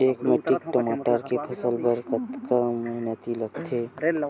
एक मैट्रिक टमाटर के फसल बर कतका मेहनती लगथे?